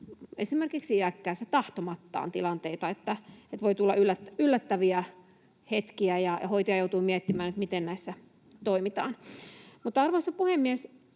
aiheuttaa iäkkäissä tahtomattaan tilanteita, että voi tulla yllättäviä hetkiä, ja hoitaja joutuu miettimään, miten näissä toimitaan. Mutta, arvoisa puhemies,